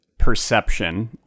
perception